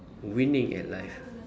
winning at life